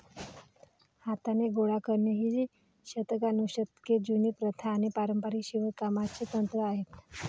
हाताने गोळा करणे ही शतकानुशतके जुनी प्रथा आणि पारंपारिक शिवणकामाचे तंत्र आहे